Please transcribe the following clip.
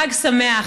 חג שמח,